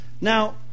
Now